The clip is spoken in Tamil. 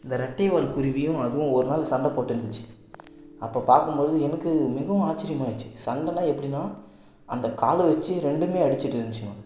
இந்த ரெட்டைவால் குருவியும் அதுவும் ஒரு நாள் சண்டை போட்டுருந்திச்சு அப்போ பார்க்கும்போது எனக்கு மிகவும் ஆச்சர்யமாக ஆயிடிச்சு சண்டைனா எப்படின்னா அந்த காலை வச்சு ரெண்டுமே அடிச்சிட்டுருந்ச்சிங்க